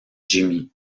jimmy